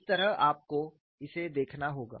इस तरह आपको इसे देखना होगा